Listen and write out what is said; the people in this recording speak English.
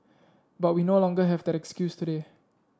but we no longer have that excuse today